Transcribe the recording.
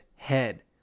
head